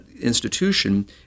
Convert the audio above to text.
institution